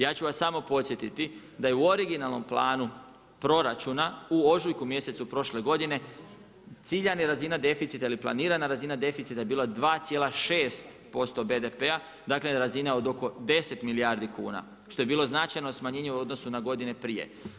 Ja ću vas smo podsjetiti da je u originalnom planu proračuna u ožujku mjesecu prošle godine ciljana razina deficita ili planirana razina deficita je bila 2,6% BDP-a, dakle razina od oko 10 milijardi kuna što je bilo značajno smanjenje u odnosu na godine prije.